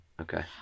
Okay